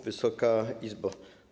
Wysoka Izbo!